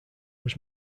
was